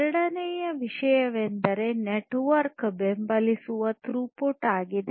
ಎರಡನೆಯ ವಿಷಯವೆಂದರೆ ನೆಟ್ವರ್ಕ್ ಬೆಂಬಲಿಸುವ ಥ್ರೋಪುಟ್ ಆಗಿದೆ